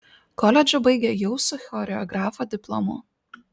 koledžą baigė jau su choreografo diplomu